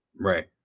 Right